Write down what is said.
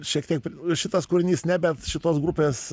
šiek tiek šitas kūrinys ne bet šitos grupės